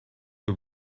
que